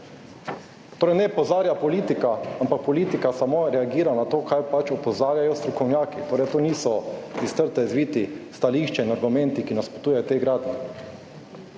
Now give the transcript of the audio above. Torej naj opozarja politika, ampak politika samo reagira na to, kar pač opozarjajo strokovnjaki. Torej to niso iz trte izviti stališče in argumenti, ki nasprotujejo tej gradnji.